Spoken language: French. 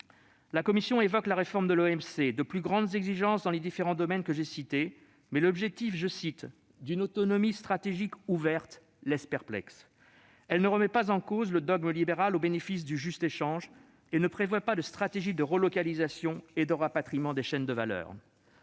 La Commission évoque la réforme de l'OMC et de plus grandes exigences dans les différents domaines que j'ai cités, mais l'objectif d'une « autonomie stratégique ouverte » laisse perplexe. Elle ne remet pas en cause le dogme libéral au bénéfice du juste échange et ne prévoit pas de stratégie de relocalisation et de rapatriement des chaînes de valeur.